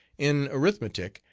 in arithmetic,